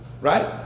right